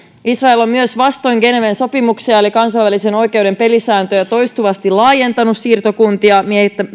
israel on myös vastoin geneven sopimuksia eli kansainvälisen oikeuden pelisääntöjä toistuvasti laajentanut siirtokuntia